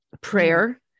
prayer